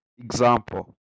Example